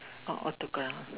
orh autograph